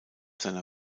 seiner